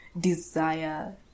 desire